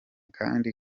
kandi